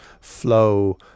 flow